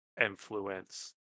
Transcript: influence